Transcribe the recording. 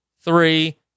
three